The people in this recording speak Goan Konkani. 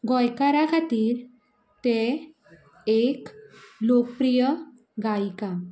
गोंयकारां खातीर तें एक लोकप्रिय गायिका